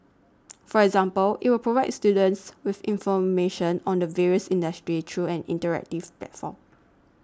for example it will provide students with information on the various industries through an interactive platform